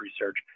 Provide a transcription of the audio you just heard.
research